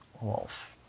wolf